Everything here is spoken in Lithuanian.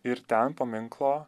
ir ten paminklo